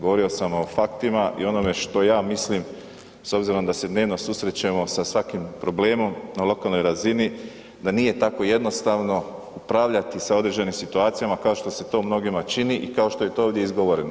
Govorio sam o faktima i onome što ja mislim, s obzirom da se dnevno susrećemo sa svakim problemom na lokalnoj razini, da nije tako jednostavno upravljati sa određenim situacijama kao što se to mnogima čini i kao što je to ovdje izgovoreno.